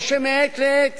או שמעת לעת